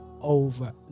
over